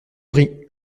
pris